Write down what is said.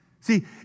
See